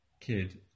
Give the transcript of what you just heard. kid